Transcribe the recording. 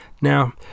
Now